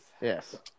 Yes